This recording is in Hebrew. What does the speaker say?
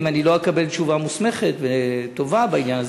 אם לא אקבל תשובה מוסמכת וטובה בעניין הזה,